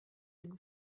been